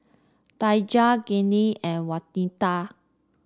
Daija Gennie and Wanita